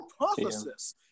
hypothesis